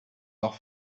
off